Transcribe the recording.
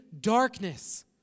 darkness